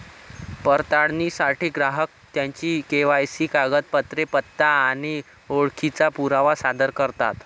पडताळणीसाठी ग्राहक त्यांची के.वाय.सी कागदपत्रे, पत्ता आणि ओळखीचा पुरावा सादर करतात